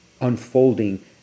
unfolding